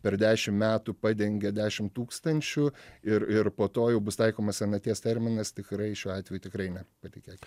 per dešimt metų padengia dešimt tūkstančių ir ir po to jau bus taikomas senaties terminas tikrai šiuo atveju tikrai ne patikėkit